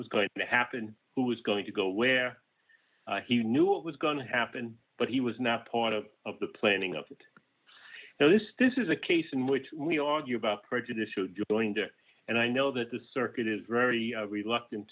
was going to happen who is going to go where he knew what was going to happen but he was not part of the planning of this this is a case in which we argue about prejudicial you're going there and i know that the circuit is very reluctant